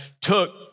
took